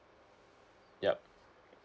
yup